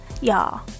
Y'all